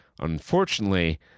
Unfortunately